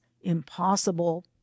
impossible